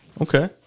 okay